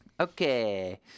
Okay